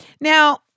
Now